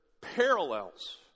parallels